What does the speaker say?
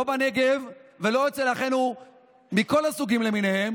לא בנגב ולא אצל אחינו מכל הסוגים למיניהם,